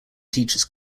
teachers